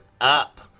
up